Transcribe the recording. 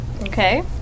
Okay